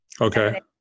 okay